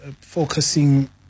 focusing